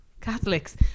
Catholics